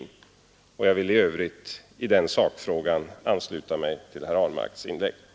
Jag vill i övrigt i den sakfrågan ansluta mig till herr Ahlmarks inlägg.